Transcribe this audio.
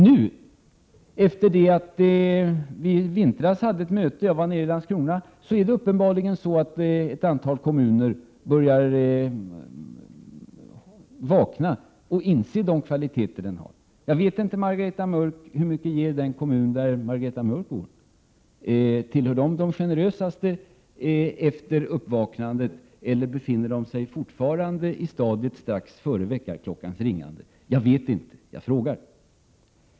Nu, efter det att vi i vintras hade ett möte i Landskrona, började uppenbarligen ett antal kommuner vakna och inse vilka kvaliteter Skånska teatern har. Jag vet inte hur mycket den kommun som Margareta Mörck bor i har gett den teatern. Är det en av de mest generösa kommunerna efter uppvaknandet, eller befinner den sig fortfarande i stadiet strax före väckarklockans ringning? Jag vet inte, jag frågar.